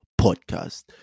podcast